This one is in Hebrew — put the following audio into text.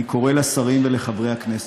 אני קורא לשרים ולחברי הכנסת: